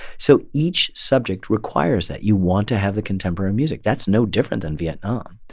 so each subject requires that you want to have the contemporary music. that's no different than vietnam.